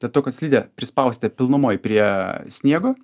dėl to kad slidę prispausite pilnumoj prie sniego